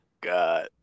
God